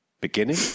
beginning